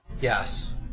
Yes